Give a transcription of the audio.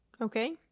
Okay